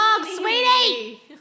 sweetie